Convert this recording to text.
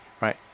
Right